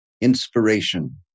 Inspiration